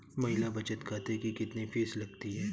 महिला बचत खाते की कितनी फीस लगती है?